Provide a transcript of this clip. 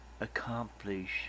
accomplish